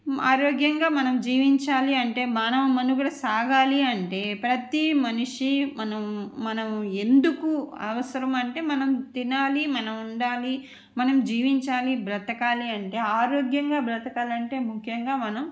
ఆరోగ్యంగా మనం జీవించాలి అంటే మానవ మనుగడ సాగాలి అంటే ప్రతి మనిషి మనం మనం ఎందుకు అవసరం అంటే మనం తినాలి మనం ఉండాలి మన జీవించాలి బ్రతకాలి అంటే ఆరోగ్యంగా బ్రతకాలంటే ముఖ్యంగా మనం